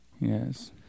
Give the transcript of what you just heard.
Yes